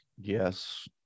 yes